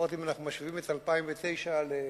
לפחות אם אנחנו משווים את 2009 ל-2008,